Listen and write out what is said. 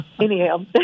anyhow